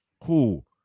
Cool